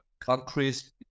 countries